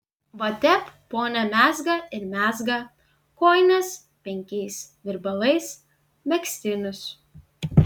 va tep ponia mezga ir mezga kojines penkiais virbalais megztinius